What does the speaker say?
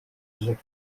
rzeki